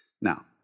Now